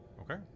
Okay